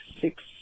six